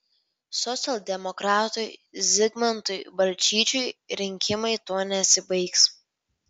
socialdemokratui zigmantui balčyčiui rinkimai tuo nesibaigs